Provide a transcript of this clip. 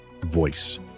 voice